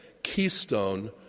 keystone